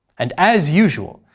and as usual,